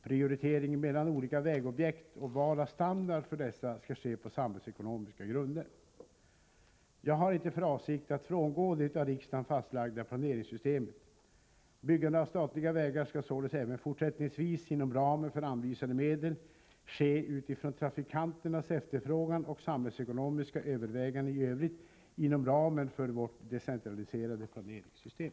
Prioritering mellan olika vägobjekt och val av standard för dessa skall ske på samhällsekonomiska grunder. Jag har inte för avsikt att frångå det av riksdagen fastlagda planeringssystemet. Byggande av statliga vägar skall således även fortsättningsvis, inom ramen för anvisade medel, ske utifrån trafikanternas efterfrågan och samhällsekonomiska överväganden i övrigt inom ramen för vårt decentraliserade planeringssystem.